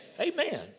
Amen